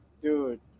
Dude